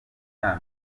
filime